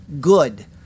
good